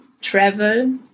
travel